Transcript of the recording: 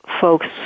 folks